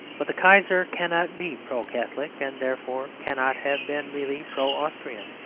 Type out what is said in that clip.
but the kaiser cannot be pro-catholic, and therefore cannot have been really pro-austrian,